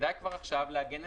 כדאי כבר עכשיו לעגן את זה בחוק.